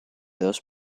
dos